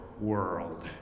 world